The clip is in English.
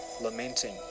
lamenting